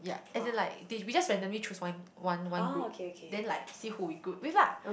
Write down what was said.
ya as in like they we just randomly choose one one one group then like see who we group with lah